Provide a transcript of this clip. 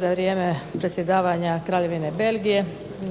za vrijeme predsjedavanja Kraljevine Belgije.